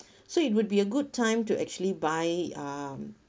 so it would be a good time to actually buy um